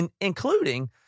including